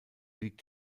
liegt